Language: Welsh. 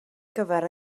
gyfer